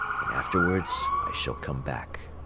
and afterwards i shall come back.